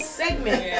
segment